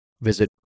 visit